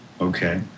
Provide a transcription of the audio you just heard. okay